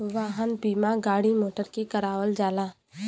वाहन बीमा गाड़ी मोटर के करावल जाला